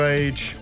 age